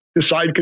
decide